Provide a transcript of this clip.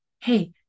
Hey